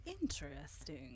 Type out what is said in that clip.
interesting